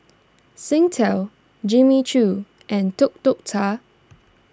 Singtel Jimmy Choo and Tuk Tuk Cha